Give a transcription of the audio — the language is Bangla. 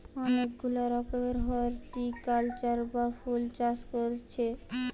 অনেক গুলা রকমের হরটিকালচার বা ফুল চাষ কোরছি